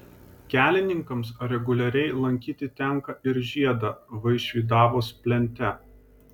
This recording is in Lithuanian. kelininkams reguliariai lankyti tenka ir žiedą vaišvydavos plente